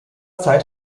zeit